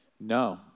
No